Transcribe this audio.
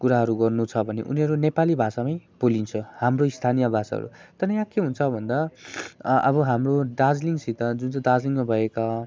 कुराहरू गर्नु छ भने उनीहरू नेपाली भाषामै बोलिन्छ हाम्रो स्थानीय भाषाहरू तर यहाँ के हुन्छ भन्दा अब हाम्रो दार्जिलिङसित जुन चाहिँ दार्जिलिङमा भएका